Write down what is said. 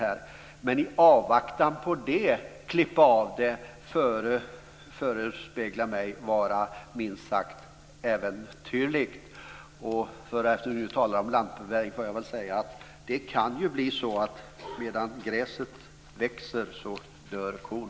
Men att i avvaktan på det klippa av statsbidraget förefaller mig vara minst sagt äventyrligt. Eftersom vi nu talar om lantbrevbäring får jag väl säga att det kan ju bli så att medan gräset växer dör kon.